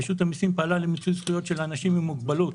רשות המיסים פעלה למיצוי זכויות של אנשים עם מוגבלות,